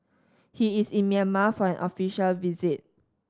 he is in Myanmar for an official visit